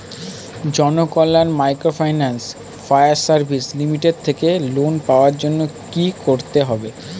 Janakalyan microfinance fire service limited থেকে loan পাওয়ার জন্য কি করতে হবে?